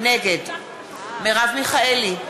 נגד מרב מיכאלי,